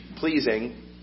pleasing